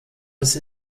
ist